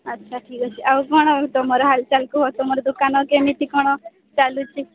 ଆଚ୍ଛା ଠିକ୍ ଅଛି ଆଉ କ'ଣ ତୁମର ହାଲ ଚାଲ କୁହ ତୁମର ଦୋକାନ କେମିତି କ'ଣ ଚାଲୁଛି